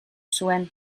zuen